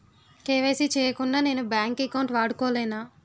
KYC చేయకుండా నేను bank account వాడుకొలేన?